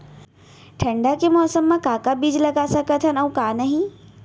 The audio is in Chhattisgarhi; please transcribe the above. ठंडा के मौसम मा का का बीज लगा सकत हन अऊ का नही?